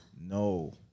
No